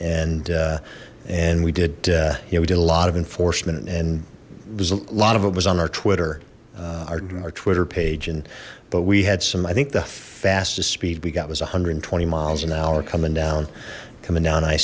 and and we did you know we did a lot of enforcement and there's a lot of it was on our twitter our twitter page and but we had some i think the fastest speed we got was one hundred and twenty miles an hour coming down coming down i